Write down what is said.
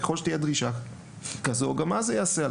וככל שתהיה דרישה כזו גם אז זה ייעשה על